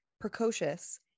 precocious